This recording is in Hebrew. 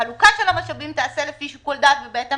החלוקה של המשאבים תיעשה לפי שיקול דעת ובהתאם